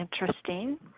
interesting